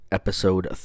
episode